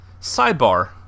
Sidebar